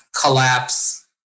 collapse